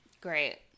Great